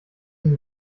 ihm